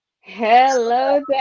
hello